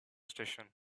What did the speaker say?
station